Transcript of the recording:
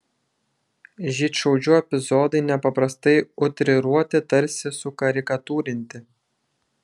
žydšaudžių epizodai nepaprastai utriruoti tarsi sukarikatūrinti